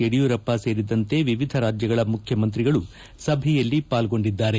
ಯಡಿಯೂರಪ್ಪ ಸೇರಿದಂತೆ ಎಎಧ ರಾಜ್ಯಗಳ ಮುಖ್ಯಮಂತ್ರಿಗಳು ಸಭೆಯಲ್ಲಿ ಪಾಲ್ಗೊಂಡಿದ್ದಾರೆ